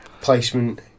placement